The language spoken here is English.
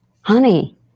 honey